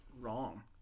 wrong